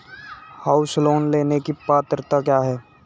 House loan लेने की पात्रता क्या है?